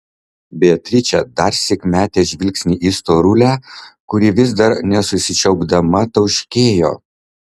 beatričė darsyk metė žvilgsnį į storulę kuri vis dar nesusičiaupdama tauškėjo